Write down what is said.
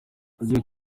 igihugu